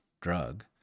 drug